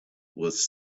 was